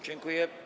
Dziękuję.